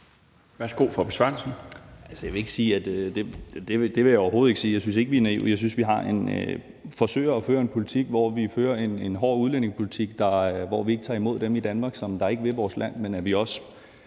Andreas Karlsen (KF): Det vil jeg overhovedet ikke sige. Jeg synes ikke, vi er naive. Jeg synes, vi forsøger at føre en politik, hvor vi fører en hård udlændingepolitik og ikke tager imod dem i Danmark, som ikke vil vores land, men vi også